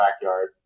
backyard